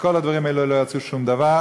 מכל הדברים האלו לא יצא שום דבר,